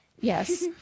yes